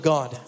God